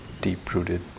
deep-rooted